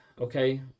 okay